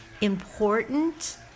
important